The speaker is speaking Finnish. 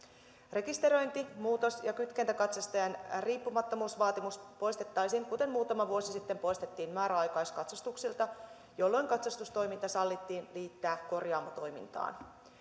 rekisteröinti muutos ja kytkentäkatsastajan riippumattomuusvaatimus poistettaisiin kuten muutama vuosi sitten poistettiin määräaikaiskatsastuksilta jolloin katsastustoiminta sallittiin liittää korjaamotoimintaan